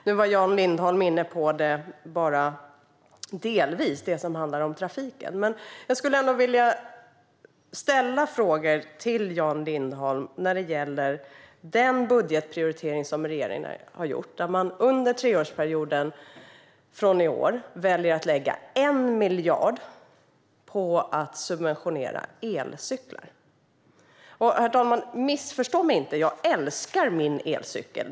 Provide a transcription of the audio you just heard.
Nu var Jan Lindholm bara delvis inne på det som handlar om trafiken, men jag skulle ändå vilja ställa frågor till Jan Lindholm om den budgetprioritering som regeringen har gjort och där man under en treårsperiod, från i år, väljer att lägga 1 miljard på att subventionera elcyklar. Herr talman! Missförstå mig inte - jag älskar min elcykel.